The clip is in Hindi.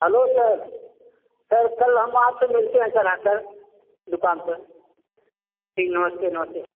हैलो सर सर कल हम आपसे मिलते हैं सर आकर दुकान पर जी नमस्ते नमस्ते